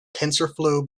tensorflow